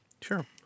Sure